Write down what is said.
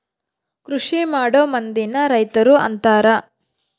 ಕೃಷಿಮಾಡೊ ಮಂದಿನ ರೈತರು ಅಂತಾರ